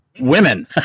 women